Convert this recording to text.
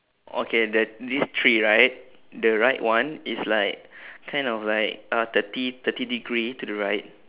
okay the these three right the right one is like kind of like uh thirty thirty degree to the right